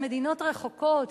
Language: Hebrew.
על מדינות רחוקות,